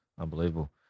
Unbelievable